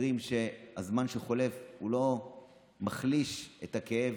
מקרים שבהם הזמן שחולף לא מחליש את הכאב.